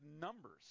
numbers